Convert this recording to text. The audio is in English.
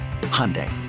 hyundai